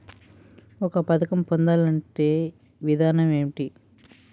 ఒక పథకం పొందాలంటే విధానం ఏంటి?